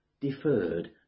deferred